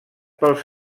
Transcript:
pels